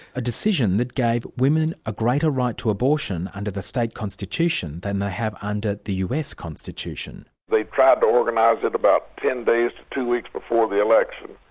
a decision that gave women a greater right to abortion under the state constitution than they have under the us constitution. they tried to organise it about ten days to two weeks before the election,